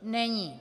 Není.